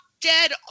dead